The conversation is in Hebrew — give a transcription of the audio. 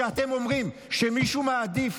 כשאתם אומרים שמישהו מעדיף